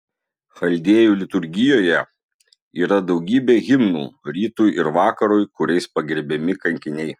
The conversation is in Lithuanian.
chaldėjų liturgijoje yra daugybė himnų rytui ir vakarui kuriais pagerbiami kankiniai